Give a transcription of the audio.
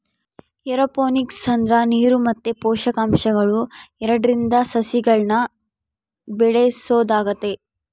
aeroponics ಅಂದ್ರ ನೀರು ಮತ್ತೆ ಪೋಷಕಾಂಶಗಳು ಎರಡ್ರಿಂದ ಸಸಿಗಳ್ನ ಬೆಳೆಸೊದಾಗೆತೆ